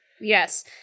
Yes